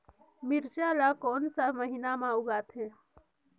मिरचा ला कोन सा महीन मां उगथे?